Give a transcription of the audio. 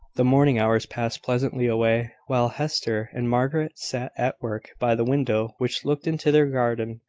the morning hours passed pleasantly away, while hester and margaret sat at work by the window which looked into their garden,